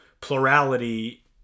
plurality